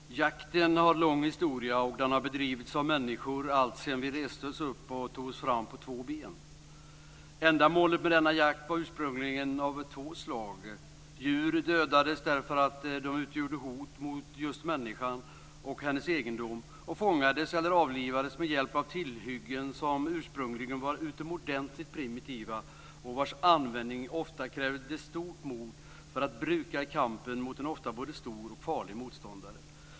Herr talman! Jakten har en lång historia. Den har bedrivits av människor alltsedan vi reste oss upp för att ta oss fram på två ben. Ändamålet med jakten var ursprungligen av två slag. Djur dödades därför att de utgjorde hot mot människan eller hennes egendom, och de fångades eller avlivades medhjälp av tillhyggen som ursprungligen var utomordentligt primitiva och vars användning ofta krävde stort mod i kampen mot en ofta både stor och farlig motståndare.